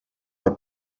per